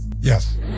Yes